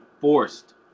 forced